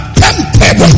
tempted